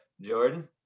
Jordan